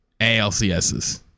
ALCSs